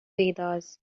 vedas